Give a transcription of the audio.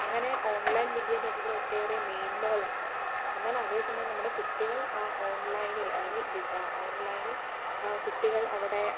അങ്ങനെ ഓൺലൈൻ വിദ്യാഭ്യാസത്തിന് ഒട്ടേറെ മേന്മകളുണ്ട് എന്നാൽ അതേ സമയം നമ്മുടെ കുട്ടികൾ ആ ഓൺലൈനിൽ അല്ലെങ്കിൽ ഓൺലൈനിൽ കുട്ടികൾ അവിടെ